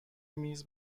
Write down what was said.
میز